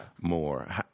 more